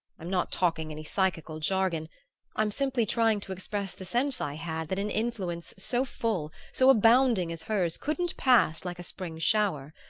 i'm not talking any psychical jargon i'm simply trying to express the sense i had that an influence so full, so abounding as hers couldn't pass like a spring shower.